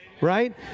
right